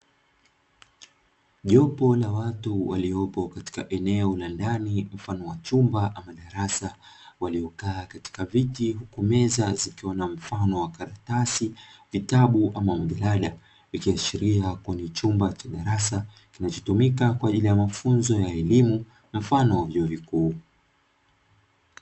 Jopo la watu waliopo katika eneo la ndani mfano wa chumba ama darasa, waliokaa katika viti huku meza zikiwa na mfano wa karatasi, vitabu ama majalada, vikiashiria kuwa ni chumba cha darasa, kinachotumika kwa ajili ya mafunzo ya elimu mfano wa vyuo vikuu.